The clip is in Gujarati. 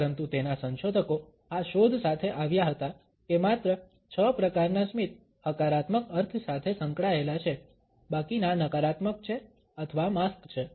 પરંતુ તેના સંશોધકો આ શોધ સાથે આવ્યા હતા કે માત્ર છ પ્રકારના સ્મિત હકારાત્મક અર્થ સાથે સંકળાયેલા છે બાકીના નકારાત્મક છે અથવા માસ્ક છે